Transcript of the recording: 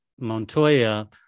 Montoya